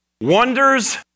wonders